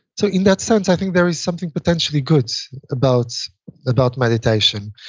so in that sense, i think there is something potentially good about about meditation.